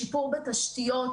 שיפור בתשתיות,